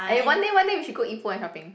eh one day one day we should go Ipoh and shopping